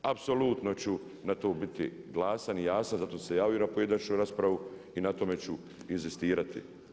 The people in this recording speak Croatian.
Apsolutno ću na to biti glasan i jasan, zato sam se i javio na pojedinačnu raspravu i na tome ću inzistirati.